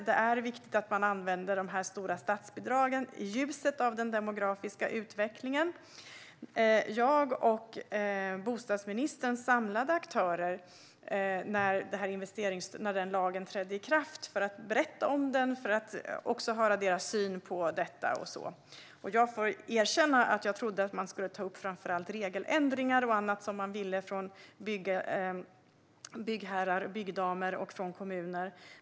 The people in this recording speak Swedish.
Det är viktigt att man använder de stora statsbidragen i ljuset av den demografiska utvecklingen. Jag och bostadsministern samlade aktörer när lagen om investeringsstöd trädde i kraft för att berätta om den och för att höra deras syn på detta. Jag får erkänna att jag trodde att de skulle ta upp framför allt regeländringar och annat som byggherrar, byggdamer och kommuner ville se.